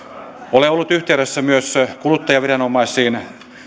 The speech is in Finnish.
olen ollut yhteydessä myös kuluttajaviranomaisiin